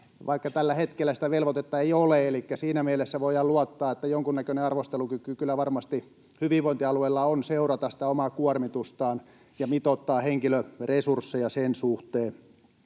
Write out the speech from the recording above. vaikka tällä hetkellä sitä velvoitetta ei ole. Elikkä siinä mielessä voidaan luottaa, että jonkunnäköinen arvostelukyky kyllä varmasti hyvinvointialueilla on seurata sitä omaa kuormitustaan ja mitoittaa henkilöresursseja sen suhteen.